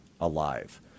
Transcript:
alive